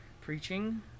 preaching